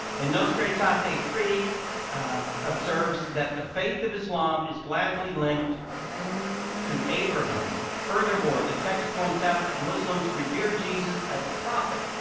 and nostra aetate ah three observes that the faith of islam is gladly linked to abraham. furthermore, the text points out that muslims revere jesus as a prophet,